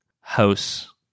house